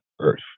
Earth